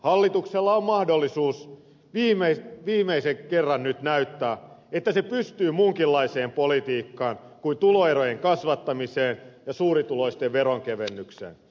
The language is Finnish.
hallituksella on mahdollisuus viimeisen kerran nyt näyttää että se pystyy muunkinlaiseen politiikkaan kuin tuloerojen kasvattamiseen ja suurituloisten veronkevennyksiin